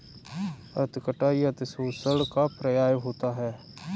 अति कटाई अतिशोषण का पर्याय होता है